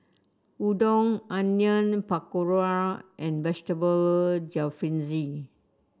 Udon Onion Pakora and Vegetable Jalfrezi